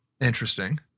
Interesting